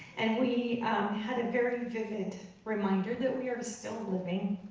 and we had a very vivid reminder that we are still living,